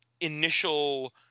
initial